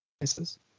places